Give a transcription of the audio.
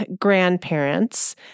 grandparents